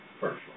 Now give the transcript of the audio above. first